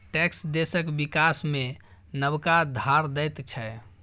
tax देशक बिकास मे नबका धार दैत छै